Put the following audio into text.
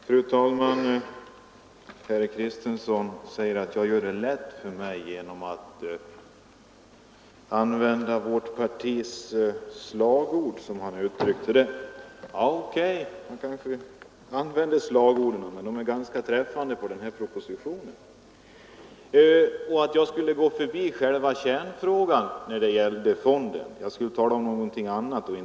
Fru talman! Herr Kristenson säger att jag gör det lätt för mig genom att använda mitt partis slagord, som han uttryckte det. O. K., jag kanske använde slagorden, men de är ganska träffande i samband med denna proposition. Jag skulle vidare när det gällde arbetsmiljöfonden ha gått förbi kärnfrågan och talat om något annat.